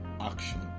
action